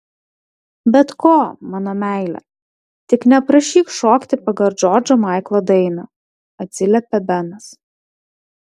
bet ko mano meile tik neprašyk šokti pagal džordžo maiklo dainą atsiliepė benas